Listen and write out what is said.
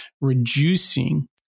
reducing